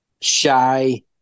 shy